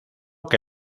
que